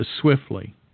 swiftly